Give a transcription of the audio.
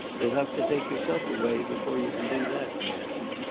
you'll have to take yourself away before you can do that, he answered,